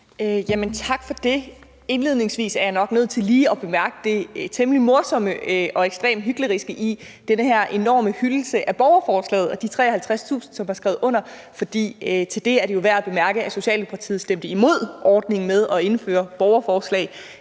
Tak for det. Indledningsvis er jeg nok nødt til lige at bemærke det temmelig morsomme og ekstremt hykleriske i den her enorme hyldest til borgerforslaget og de 53.000, som har skrevet under, for til det er det jo værd at bemærke, at Socialdemokratiet stemte imod ordningen med at indføre borgerforslag,